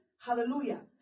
Hallelujah